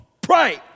pray